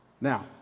Now